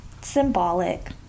Symbolic